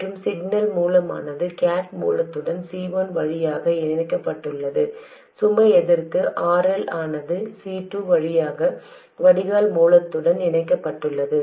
மற்றும் சிக்னல் மூலமானது கேட் மூலத்துடன் C1 வழியாக இணைக்கப்பட்டுள்ளது சுமை எதிர்ப்பு RL ஆனது C2 வழியாக வடிகால் மூலத்துடன் இணைக்கப்பட்டுள்ளது